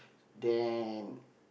then